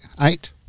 Eight